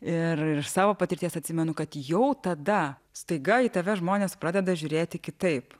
ir iš savo patirties atsimenu kad jau tada staiga į tave žmonės pradeda žiūrėti kitaip